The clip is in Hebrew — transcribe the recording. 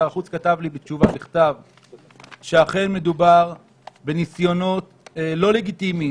שר החוץ כתב לי בתשובה לשאילתה שאכן מדובר בניסיונות לא לגיטימיים